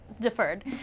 deferred